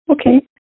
Okay